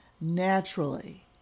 naturally